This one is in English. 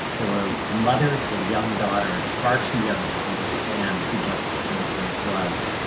there were mothers with young daughters far too young to understand who justice ginsburg was,